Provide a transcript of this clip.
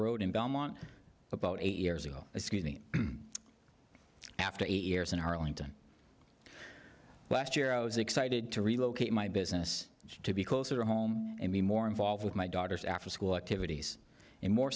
road in belmont about eight years ago excuse me after eight years in arlington last year i was excited to relocate my business to be closer to home and be more involved with my daughters after school activities and more